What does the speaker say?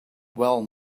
well